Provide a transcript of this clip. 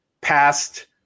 past